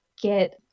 get